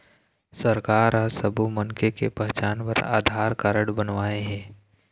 सरकार ह सब्बो मनखे के पहचान बर आधार कारड बनवाए हे